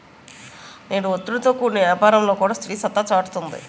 నేడు ఒత్తిడితో కూడిన యాపారంలో కూడా స్త్రీ సత్తా సాటుతుంది